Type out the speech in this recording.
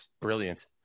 brilliant